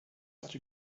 such